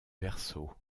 verso